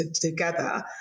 together